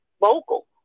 vocal